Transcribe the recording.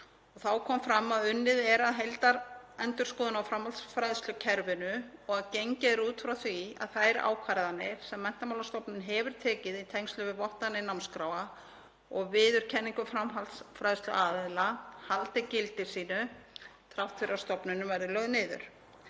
Kom fram að unnið er að heildarendurskoðun á framhaldsfræðslukerfinu og að gengið er út frá því að þær ákvarðanir sem Menntamálastofnun hefur tekið í tengslum við vottanir námskráa og viðurkenningu framhaldsfræðsluaðila haldi gildi sínu þrátt fyrir að stofnunin verði lögð niður.